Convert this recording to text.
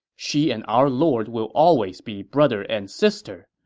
she and our lord will always be brother and sister.